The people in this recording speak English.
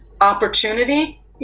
opportunity